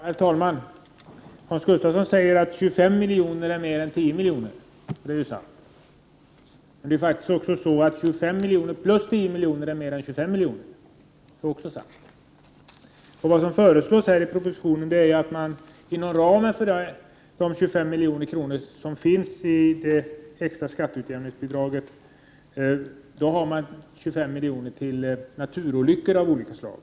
Herr talman! Hans Gustafsson säger att 25 miljoner är mer än 10 miljoner, 31 maj 1989 och det är ju sant. Men det är också sant att 25 miljoner plus 10 miljoner är mer än 25 miljoner. Vad som föreslås i propositionen är att man inom ramen för det extra skatteutjämningsbidraget skall anslå 25 miljoner till åtgärder vid naturolyckor av olika slag.